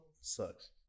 sucks